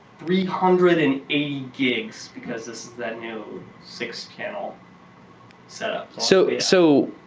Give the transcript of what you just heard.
three hundred and eighty gigs because this is that new six channel set up so so